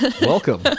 welcome